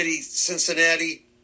Cincinnati